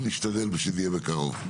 נשתדל שזה יהיה בקרוב.